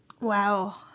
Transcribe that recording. Wow